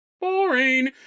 Boring